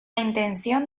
intención